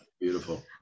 Beautiful